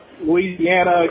Louisiana